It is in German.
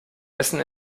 essen